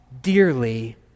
dearly